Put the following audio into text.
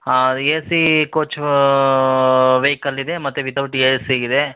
ಹಾಂ AC coach vehicle ಇದೆ ಮತ್ತು ವಿತೌಟ್ ಎಸಿ ಇದೆ